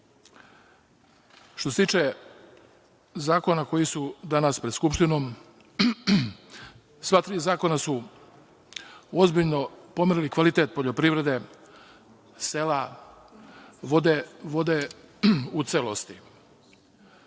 se tiče zakona koji su danas pred Skupštinom, sva tri zakona su ozbiljno pomerili kvalitet poljoprivrede, sela, vode u celosti.